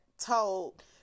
told